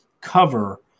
cover